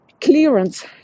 clearance